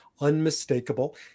unmistakable